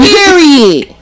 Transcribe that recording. Period